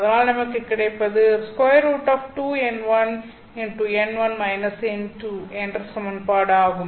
அதனால் நமக்கு கிடைப்பது என்ற சமன்பாடு ஆகும்